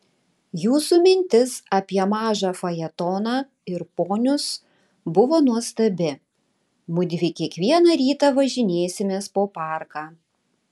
jūsų mintis apie mažą fajetoną ir ponius buvo nuostabi mudvi kiekvieną rytą važinėsimės po parką